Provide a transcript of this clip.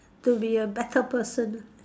to be a better person